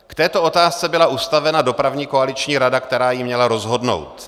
K této otázce byla ustavena dopravní koaliční rada, která ji měla rozhodnout.